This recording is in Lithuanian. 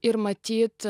ir matyt